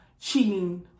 cheating